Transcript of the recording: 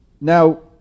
Now